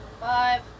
five